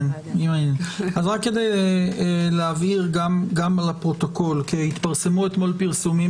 גם להבהיר לפרוטוקול כי התפרסמו אתמול פרסומים